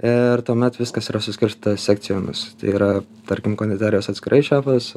ir tuomet viskas yra suskirstyta sekcijomis tai yra tarkim konditerijos atskirai šefas